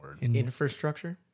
Infrastructure